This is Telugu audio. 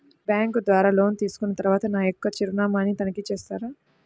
బ్యాంకు ద్వారా లోన్ తీసుకున్న తరువాత నా యొక్క చిరునామాని తనిఖీ చేస్తారా?